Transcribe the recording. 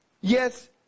yes